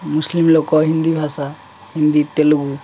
Muslim ଲୋକ ହିନ୍ଦୀ ଭାଷା ହିନ୍ଦୀ ତେଲୁଗୁ